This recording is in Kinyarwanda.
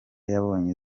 yabonye